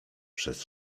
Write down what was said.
przez